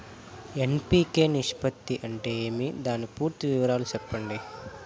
NPK నిష్పత్తి అంటే ఏమి దాని పూర్తి వివరాలు సెప్పండి?